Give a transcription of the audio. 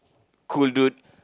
cool dude